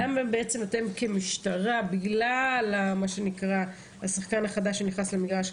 למה אתם כמשטרה, בגלל השחקן החדש שנכנס למגרש,